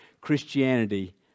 Christianity